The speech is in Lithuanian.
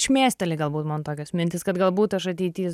šmėsteli galbūt man tokios mintys kad galbūt aš ateity